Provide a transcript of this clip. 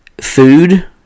Food